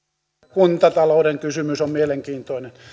kuntatalouden kysymys on mielenkiintoinen